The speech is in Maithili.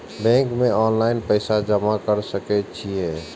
बैंक में ऑनलाईन पैसा जमा कर सके छीये?